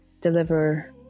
deliver